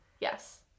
Yes